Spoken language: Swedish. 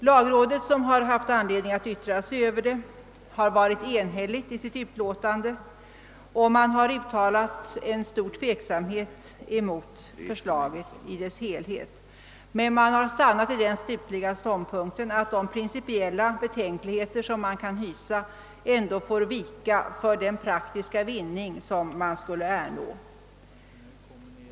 Lagrådet som har haft att yttra sig över förslaget har varit enhälligt i sitt utlåtande och uttalat stor tveksamhet mot förslaget i dess helhet men stannat vid den slutliga ståndpunkten att de principiella betänkligheter som man kan hysa ändock får vika för den praktiska vinning som man skulle ernå.